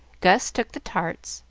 gus took the tarts,